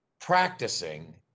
practicing